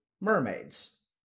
mermaids